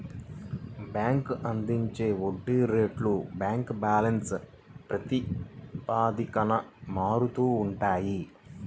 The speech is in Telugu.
బ్యాంక్ అందించే వడ్డీ రేట్లు బ్యాంక్ బ్యాలెన్స్ ప్రాతిపదికన మారుతూ ఉంటాయి